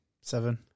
Seven